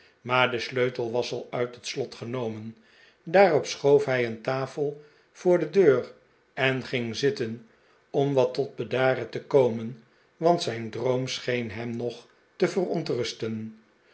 maar de sleutel was al uit het slot genomen daarop schoof hij een tafel voor de deur en ging zitten om wat tot bedaren te komen want zijn droom scheen hem nog te verontrusten